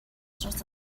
dros